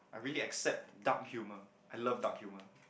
I really accept dark humor I love dark humor